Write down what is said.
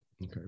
Okay